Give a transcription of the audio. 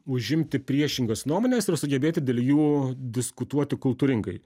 užimti priešingas nuomones ir sugebėti dėl jų diskutuoti kultūringai